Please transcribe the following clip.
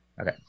Okay